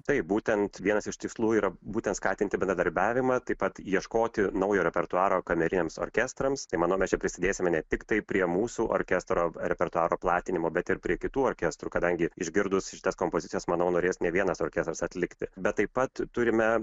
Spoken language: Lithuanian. taip būtent vienas iš tikslų yra būtent skatinti bendradarbiavimą taip pat ieškoti naujo repertuaro kameriniams orkestrams tai manau mes čia prisidėsime ne tiktai prie mūsų orkestro repertuaro platinimo bet ir prie kitų orkestrų kadangi išgirdus šitas kompozicijas manau norės ne vienas orkestras atlikti bet taip pat turime